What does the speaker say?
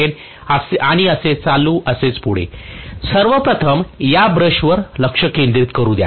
आणिअसेच चालू आणि असेच पुढे सर्वप्रथम या ब्रशवर लक्ष केंद्रित करू द्या